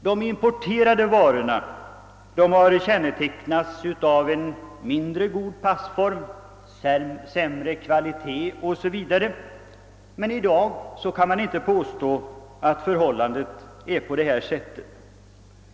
De importerade varorna har tidigare kännetecknats av en mindre god passform, sämre kvalitet osv., men man kan inte påstå att förhållandena är sådana i dag.